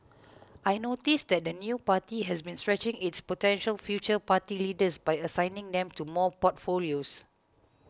I noticed that the new party has been stretching its potential future party leaders by assigning them to more portfolios